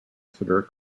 exeter